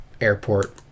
airport